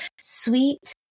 sweet